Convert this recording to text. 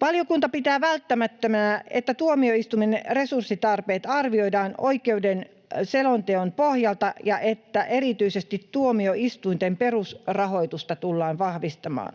Valiokunta pitää välttämättömänä, että tuomioistuimen resurssitarpeet arvioidaan oikeudenhoidon selonteon pohjalta ja että erityisesti tuomioistuinten perusrahoitusta tullaan vahvistamaan.